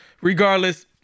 regardless